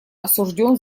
осужден